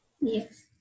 yes